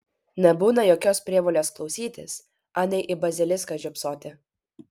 nebūna jokios prievolės klausytis anei į basiliską žiopsoti